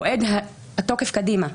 מועד התוקף קדימה,